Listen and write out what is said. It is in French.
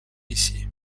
ici